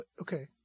Okay